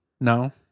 No